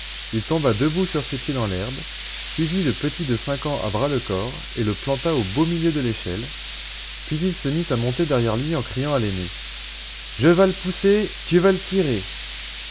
il tomba debout sur ses pieds dans l'herbe saisit le petit de cinq ans à bras-le-corps et le planta au beau milieu de l'échelle puis il se mit à monter derrière lui en criant à l'aîné je vas le pousser tu vas le tirer